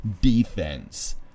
defense